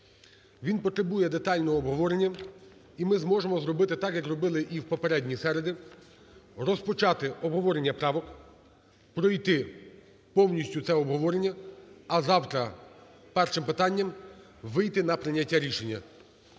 Він потребує детального обговорення. І ми зможемо зробити так, як робили і в попередні середи: розпочати обговорення правок, пройти повністю це обговорення, а завтра першим питанням вийти на прийняття рішення.